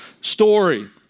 story